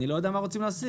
אני לא יודע מה רוצים להשיג.